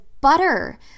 butter